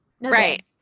Right